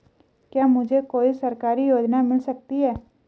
क्या मुझे कोई सरकारी योजना मिल सकती है?